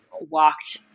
walked